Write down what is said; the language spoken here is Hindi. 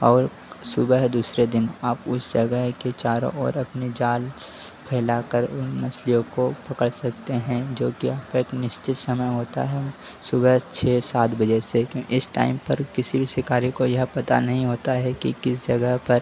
और सुबह दूसरे दिन आप उस जगह के चारों और अपने जाल फैला कर उन मछलियों को पकड़ सकते हैं जो कि यहाँ पर एक निश्चित समय होता है सुबह छः सात बजे से क्यों इस टाइम पर किसी भी शिकारी को यह पता नहीं होता है कि किस जगह पर